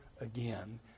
again